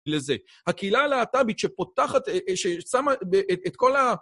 לזה. הקהילה הלהט"בית שפותחת, ששמה את כל ה...